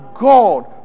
God